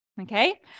okay